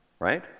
Right